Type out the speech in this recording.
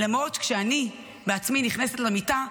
למרות שכשאני בעצמי נכנסת למיטה,